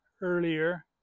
earlier